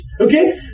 okay